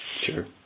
Sure